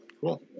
Cool